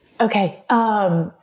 Okay